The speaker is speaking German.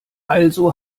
also